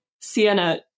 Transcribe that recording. Sienna